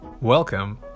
welcome